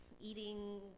eating